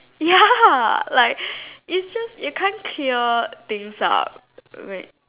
ya like it's just it can't clear things up wait